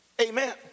Amen